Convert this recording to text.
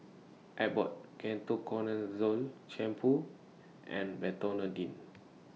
Abbott Ketoconazole Shampoo and Betanedine